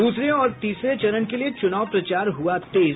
दूसरे और तीसरे चरण के लिये चुनाव प्रचार हुआ तेज